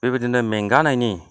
बिबायदिनो मेंगानायनि